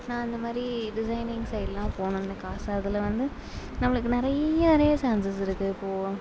நான் அந்த மாதிரி டிசைனிங் சைடுலாம் போகணுன்னு எனக்கு ஆசை அதில் வந்து நம்மளுக்கு நிறைய நிறைய சான்சஸ் இருக்குது இப்போது